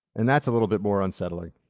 and that's a little bit more unsettling.